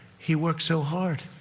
he worked so hard.